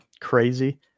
crazy